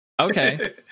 Okay